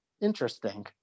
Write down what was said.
interesting